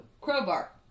crowbar